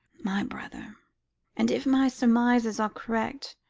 my brother and if my surmises are correct,